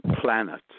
planet